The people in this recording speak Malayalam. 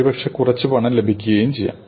ഒരുപക്ഷേ കുറച്ച് പണം ലഭിക്കുകയും ചെയ്യും